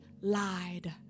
lied